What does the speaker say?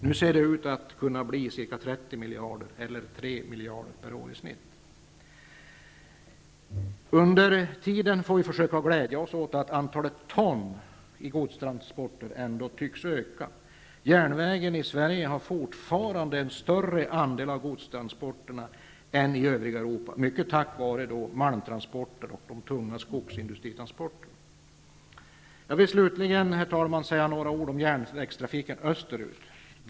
Nu ser det ut att kunna bli ca 30 miljarder, eller i snitt 3 miljarder per år. Under tiden får vi försöka glädja oss åt att antalet ton i godstransporter ändå tycks öka. Järnvägen i Sverige har fortfarande en större andel av godstransporterna än järnvägen i övriga Europa, mycket tack vare våra malmtransporter och tunga skogsindustritransporter. Jag vill slutligen, herr talman, säga några ord om järnvägstrafiken österut.